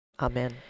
Amen